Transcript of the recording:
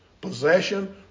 Possession